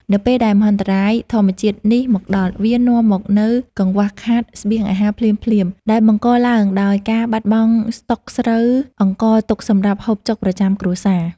នៅពេលដែលមហន្តរាយធម្មជាតិនេះមកដល់ វានាំមកនូវកង្វះខាតស្បៀងអាហារភ្លាមៗ ដែលបង្កឡើងដោយការបាត់បង់ស្តុកស្រូវអង្ករទុកសម្រាប់ហូបចុកប្រចាំគ្រួសារ។